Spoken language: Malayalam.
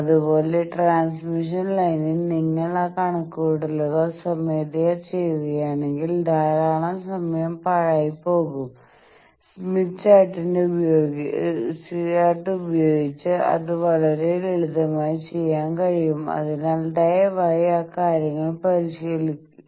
അതുപോലെ ട്രാൻസ്മിഷൻ ലൈനിൽ നിങ്ങൾ ആ കണക്കുകൂട്ടലുകൾ സ്വമേധയാ ചെയ്യുകയാണെങ്കിൽ ധാരാളം സമയം പാഴായിപ്പോകും സ്മിത്ത് ചാർട്ടിന്റെ ഈ ടൂൾ ഉപയോഗിച്ച് അത് വളരെ ലളിതമായി ചെയ്യാൻ കഴിയും അതിനാൽ ദയവായി ആ കാര്യങ്ങൾ പരിശീലിക്കുക